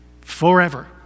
forever